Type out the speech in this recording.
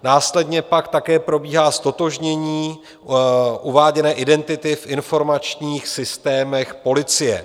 Následně pak také probíhá ztotožnění uváděné identity v informačních systémech policie.